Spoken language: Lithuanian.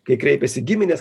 kai kreipiasi giminės